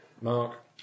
Mark